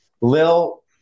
Lil